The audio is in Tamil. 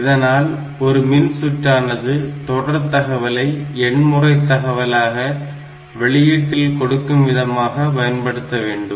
இதனால் ஒரு மின்ற்றானது தொடர் தகவலை எண்முறை தகவலாக வெளியீட்டில் கொடுக்கும் விதமாக பயன்படுத்த வேண்டும்